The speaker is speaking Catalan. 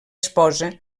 esposa